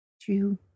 True